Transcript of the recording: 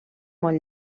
molt